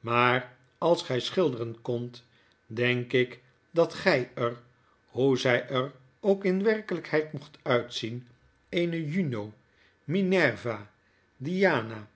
maar als gy schilderen kondet denk ikdatgy er hoe zy er ook in werkelykheid mocht uitzien eene juno minerva diana